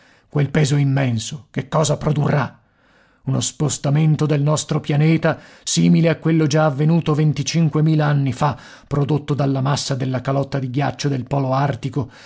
quel peso immenso che cosa produrrà uno spostamento del nostro pianeta simile a quello già avvenuto venticinquemila anni fa prodotto dalla massa della calotta di ghiaccio del polo artico